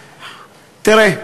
תראה,